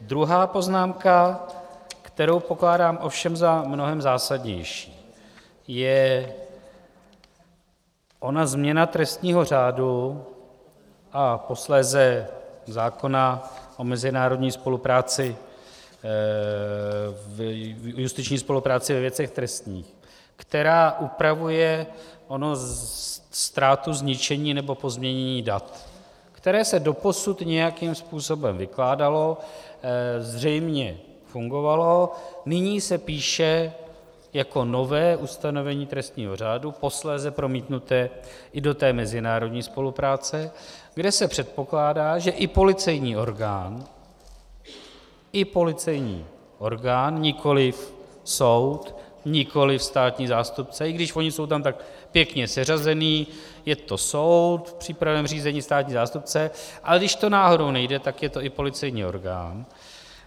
Druhá poznámka, kterou pokládám ovšem za mnohem zásadnější, je ona změna trestního řádu a posléze zákona o mezinárodní spolupráci, justiční spolupráci ve věcech trestních, která upravuje onu ztrátu, zničení nebo pozměnění dat, které se doposud nějakým způsobem vykládalo, zřejmě fungovalo, nyní se píše jako nové ustanovení trestního řádu, posléze promítnuté i do té mezinárodní spolupráce, kde se předpokládá, že i policejní orgán nikoliv soud, nikoli státní zástupce, i když oni jsou tam tak pěkně seřazení, je to soud, v přípravném řízení státní zástupce, ale když to náhodou nejde, tak je to policejní orgán